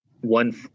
one